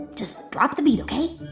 just drop the beat, ok?